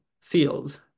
fields